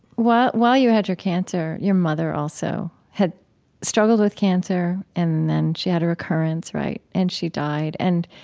while while you had your cancer, your mother also had struggled with cancer and then she had a recurrence, right? and she died? and